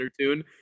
tune